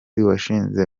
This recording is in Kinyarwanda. washinze